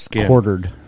quartered